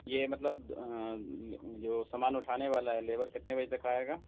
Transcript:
یہ مطلب جو سامان اٹھانے والا ہے لیور کتنے بجے تک آئے گا